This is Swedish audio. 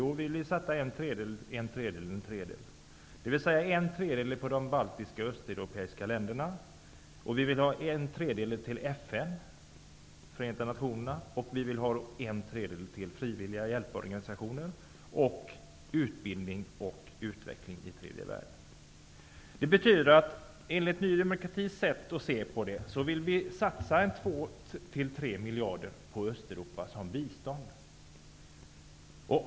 Jo, vi vill ge en tredjedel till de baltiska och östeuropeiska länderna, en tredjedel till Förenta Nationerna och en tredjedel till frivilliga hjälporganisationer och till utbildning och utveckling i tredje världen. Ny demokrati vill således satsa 2--3 miljarder på bistånd till Östeuropa.